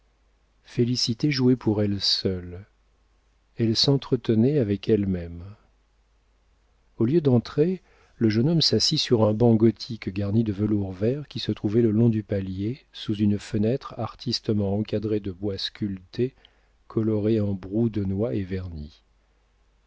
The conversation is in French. félicité jouait pour elle seule elle s'entretenait avec elle-même au lieu d'entrer le jeune homme s'assit sur un banc gothique garni de velours vert qui se trouvait le long du palier sous une fenêtre artistement encadrée de bois sculptés colorés en brou de noix et vernis